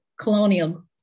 colonial